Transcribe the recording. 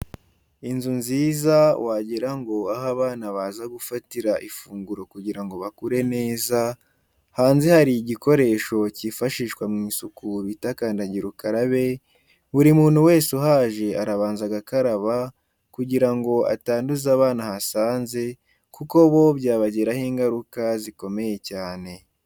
Inzu nziza wagira ngo aho abana baza gufatira ifunguro kugira ngo bakure neza, hanze hari igikoresho cyifashishwa mu isuku bita kandagira ukarabe, buri muntu wese uhaje arabanza agakaraba kugira ngo atanduza abana ahasanze, kuko bo byabagiraho ingaruka zikomeye cyane.